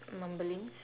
mumblings